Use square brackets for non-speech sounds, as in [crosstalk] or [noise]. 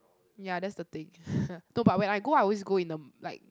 ya that's the thing [breath] no but when I go I always go in the like